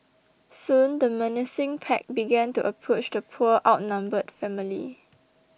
soon the menacing pack began to approach the poor outnumbered family